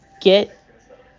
get